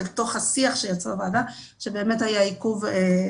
אלא תוך השיח שיצרה הוועדה שבאמת היה עיכוב.